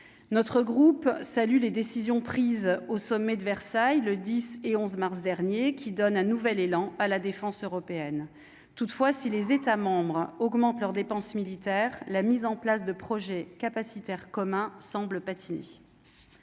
notre groupe, salut les décisions prises au sommet de Versailles le 10 et 11 mars dernier qui donne un nouvel élan à la défense européenne, toutefois, si les États augmentent leurs dépenses militaires, la mise en place de projets capacitaire commun semblent patiner.